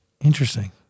Interesting